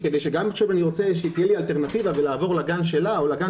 כדי שגם אם אני רוצה שתהיה לי אלטרנטיבה ולעבור לגן אחר,